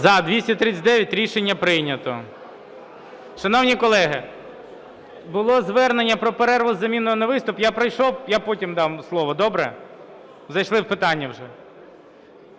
За-239 Рішення прийнято. Шановні колеги, було звернення про перерву з заміною на виступ, я пройшов, я потім дам слово. Добре? Зайшли в питання вже.